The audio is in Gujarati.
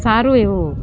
સારું એવું